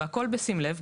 והכל בשים לב,